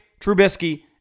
Trubisky